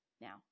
Now